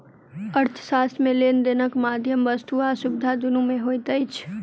अर्थशास्त्र मे लेन देनक माध्यम वस्तु आ सुविधा दुनू मे होइत अछि